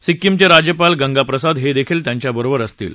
सिक्कीम चे राज्यपाल गति प्रसाद हे देखील त्याच्या बरोबर असतील